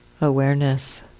awareness